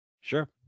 sure